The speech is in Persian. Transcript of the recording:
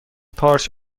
پارچ